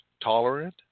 tolerant